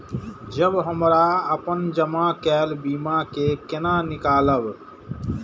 जब हमरा अपन जमा केल बीमा के केना निकालब?